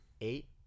Eight